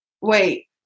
Wait